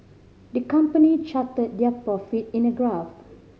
the company charted their profit in a graph